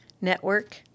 Network